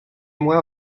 moi